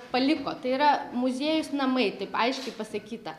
paliko tai yra muziejus namai taip aiškiai pasakyta